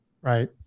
right